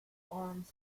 arms